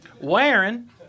wearing